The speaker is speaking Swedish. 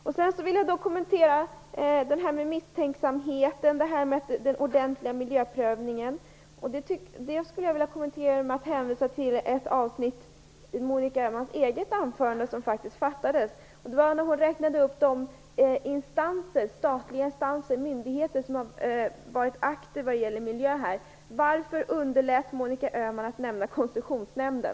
Jag vill också kommentera det som har sagts om misstänksamhet och om en ordentlig miljöprövning. Detta vill jag göra genom att hänvisa till ett avsnitt i Monica Öhmans eget anförande. Hon räknade upp de statliga instanser, myndigheter, som har varit aktiva i Öresundsprojektet vad gäller miljöfrågorna. Varför underlät Monica Öhman att nämna Koncessionsnämnden?